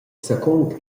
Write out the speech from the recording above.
secund